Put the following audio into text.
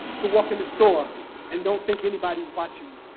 to walk in the store and don't think anybody is watching.